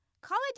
College